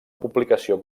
publicació